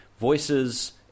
voices